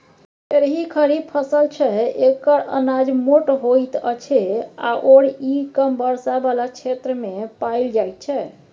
खेरही खरीफ फसल छै एकर अनाज मोट होइत अछि आओर ई कम वर्षा बला क्षेत्रमे पाएल जाइत छै